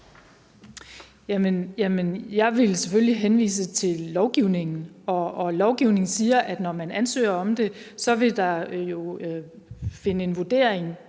jeg ville selvfølgelig henvise til lovgivningen, og lovgivningen siger, at når man ansøger om det, vil der jo finde en vurdering